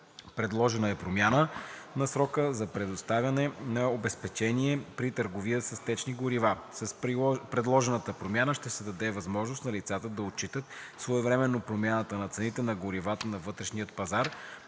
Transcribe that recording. Предложена е промяна на срока за предоставянето на обезпечение при търговия с течни горива. С предложената промяна ще се даде възможност на лицата да отчитат своевременно промяната на цената на горивата на вътрешният пазар,